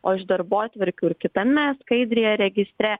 o iš darbotvarkių ir kitame skaidryje registre